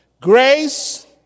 grace